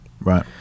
right